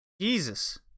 Jesus